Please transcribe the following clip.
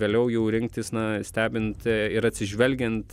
vėliau jau rinktis na stebint ir atsižvelgiant